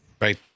Right